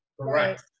Correct